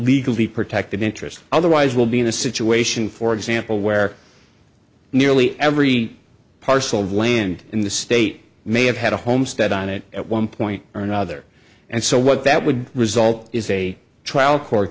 legally protected interest otherwise we'll be in a situation for example where nearly every parcel of land in the state may have had a homestead on it at one point or another and so what that would result is a trial court